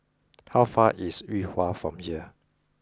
how far away is Yuhua from here